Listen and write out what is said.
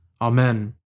Amen